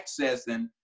accessing